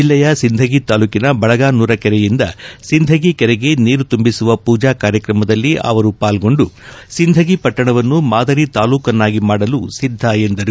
ಜಿಲ್ಲೆಯ ಸಿಂದಗಿ ತಾಲೂಕಿನ ಬಳಗಾನೂರ ಕೆರೆಯಿಂದ ಸಿಂದಗಿ ಕೆರೆಗೆ ನೀರು ತುಂಬಿಸುವ ಪೂಜಾ ಕಾರ್ಯಕ್ರಮದಲ್ಲಿ ಅವರು ಪಾಲ್ಗೊಂಡು ಸಿಂಧಗಿ ಪಟ್ಟಣವನ್ನು ಮಾದರಿ ತಾಲೂಕನ್ನಾಗಿ ಮಾಡಲು ಸಿದ್ದ ಎಂದರು